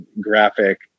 graphic